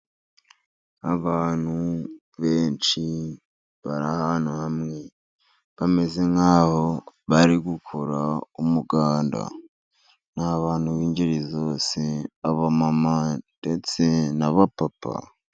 Abantu benshi bari ahantu hamwe bameze nk'abo bari gukora umuganda, ni abantu b'ingeri zose abamama ndetse n'abapapa.